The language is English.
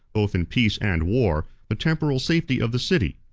both in peace and war, the temporal safety of the city.